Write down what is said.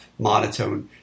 monotone